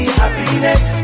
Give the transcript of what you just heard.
happiness